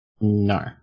No